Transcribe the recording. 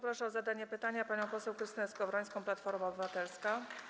Proszę o zadanie pytania panią poseł Krystynę Skowrońską, Platforma Obywatelska.